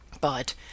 But